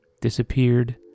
disappeared